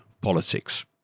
politics